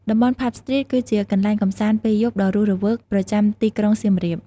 តំបន់ ផាប់ស្ទ្រីត គឺជាកន្លែងកម្សាន្តពេលយប់ដ៏រស់រវើកប្រចាំទីក្រុងសៀមរាប។